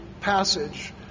passage